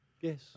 Yes